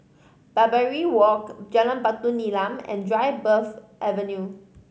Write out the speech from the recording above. Barbary Walk Jalan Batu Nilam and Dryburgh Avenue